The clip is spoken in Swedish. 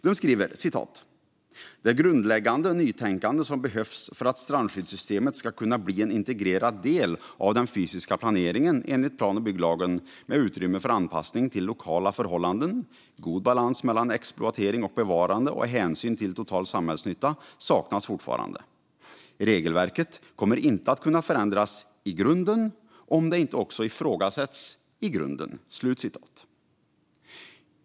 De skriver: "Det grundläggande nytänkande som behövs för att strandskyddssystemet ska kunna bli en integrerad del av den fysiska planeringen enligt plan och bygglagen med utrymme för anpassning till lokala förhållanden, god balans mellan exploatering och bevarande och hänsyn till total samhällsnytta, saknas fortfarande. Regelverket kommer inte att kunna förändras i grunden om det inte också ifrågasätts i grunden."